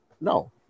No